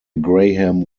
graham